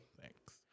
Thanks